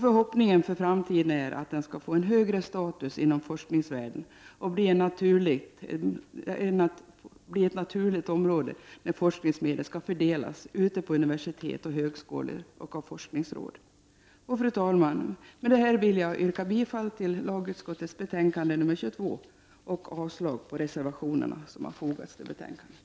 Förhoppningen för framtiden är att den skall få en högre status inom forskningsvärlden och bli ett naturligt område när forskningsmedel skall fördelas ute på universitet och högskolor och av forskningsråd. Fru talman! Med detta vill jag yrka bifall till lagutskottets hemställan i betänkande 22 och avslag på de reservationer som fogats till betänkandet.